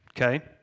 Okay